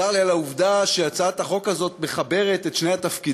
צר לי על העובדה שהצעת החוק הזאת מחברת את שני התפקידים.